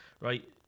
right